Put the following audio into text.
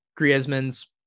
griezmann's